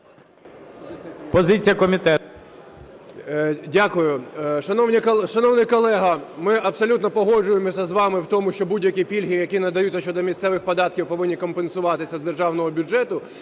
Дякую. Шановний колега, ми абсолютно погоджуємося з вами в тому, що будь-які пільги, які надаються щодо місцевих податків, повинні компенсуватися з державного бюджету.